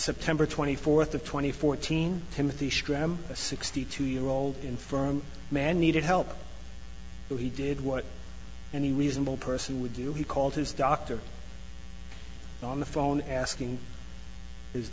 september twenty fourth the twenty fourteen timothy sram a sixty two year old infirm man needed help so he did what any reasonable person would do he called his doctor on the phone asking his